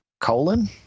Colon